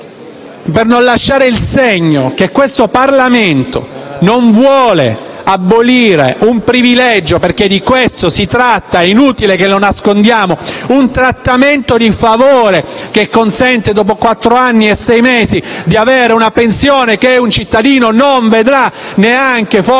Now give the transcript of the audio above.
ai cittadini. Ebbene, questo Parlamento non vuole abolire un privilegio, perché di questo si tratta, è inutile che lo nascondiamo: un trattamento di favore che consente, dopo quattro anni e sei mesi, di avere una pensione che un cittadino non vedrà neanche forse